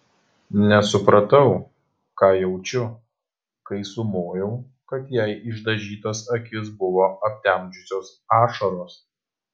nesupratau ką jaučiu kai sumojau kad jai išdažytas akis buvo aptemdžiusios ašaros